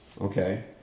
Okay